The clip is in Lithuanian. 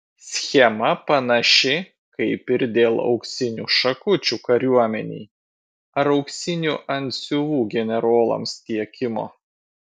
schema panaši kaip ir dėl auksinių šakučių kariuomenei ar auksinių antsiuvų generolams tiekimo